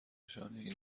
شانهای